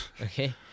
Okay